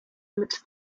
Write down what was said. mit